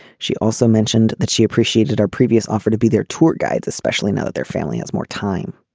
she also mentioned that she appreciated our previous offer to be their tour guides especially now that their family has more time.